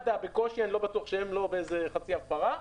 מד"א בקושי, אני לא בטוח שהם לא בחצי הפרה,